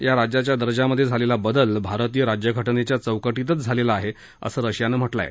या राज्याच्या दर्जामध्ये झालेला बदल भारतीय राज्यघटनेच्या चौकटीतच झालेला आहे असं रशियानं म्हटलं आहे